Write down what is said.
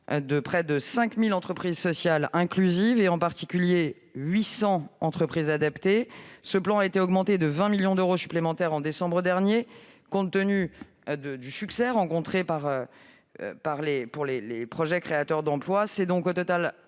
de près de 5 000 entreprises sociales inclusives et, en particulier, de 800 entreprises adaptées. Ce plan a reçu 20 millions d'euros supplémentaires en décembre dernier, compte tenu du succès rencontré par ces projets créateurs d'emplois. Ce sont donc à ce